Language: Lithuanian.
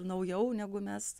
naujau negu mes